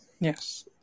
Yes